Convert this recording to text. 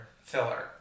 Filler